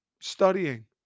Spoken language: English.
studying